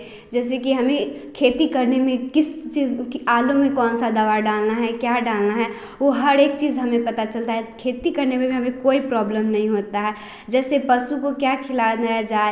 जैसे कि हमें खेती करने में किस चीज़ कि आलू में कौन सा दवा डालना है क्या डालना है वह हर एक चीज़ हमें पता चलता है खेती करने में कोई प्रॉब्लम नहीं होता है जैसे पशु को क्या खिलाना जाए